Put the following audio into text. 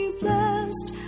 blessed